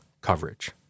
coverage